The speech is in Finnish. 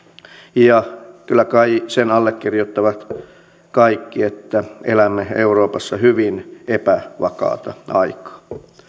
ja kyllä kai sen allekirjoittavat kaikki että elämme euroopassa hyvin epävakaata aikaa